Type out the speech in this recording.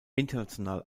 international